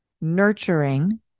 nurturing